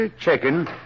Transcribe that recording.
checking